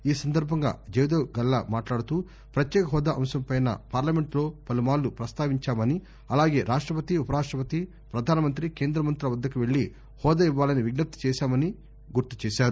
ఈ సందర్బంగా జయదేవ్ గల్లా మాట్లాడుతూ పత్యేక హోదా అంశంపై పార్లమెంటులో పలుమార్లు పస్తావించామని అలాగే రాష్టపతి ఉప రాష్టపతి పధాన మంగ్రి కేందమంతుల వద్దకు వెల్లి హోదా ఇవ్వాలని విజ్ఞప్తి చేశామని ఆయన గుర్తు చేశారు